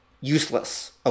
useless